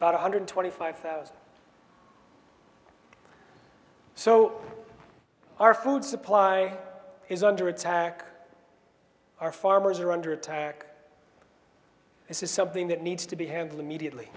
about one hundred twenty five thousand so our food supply is under attack our farmers are under attack this is something that needs to be handily mediately